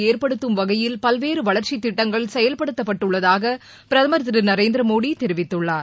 ஏற்படுத்தும் வகையில் பல்வேறு வளர்ச்சி திட்டங்கள் செயல்படுத்தப்பட்டுள்ளதாக பிரதமர் திரு நரேந்திரமோடி தெரிவித்துள்ளார்